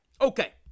okay